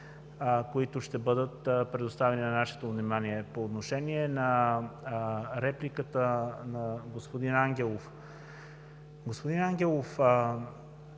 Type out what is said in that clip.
които ще бъдат предоставени на Вашето внимание. По отношение на репликата на господин Ангелов. Господин Ангелов,